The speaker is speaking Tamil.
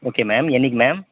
ஓகே மேம் என்னைக்கு மேம்